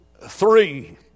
three